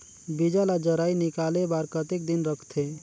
बीजा ला जराई निकाले बार कतेक दिन रखथे?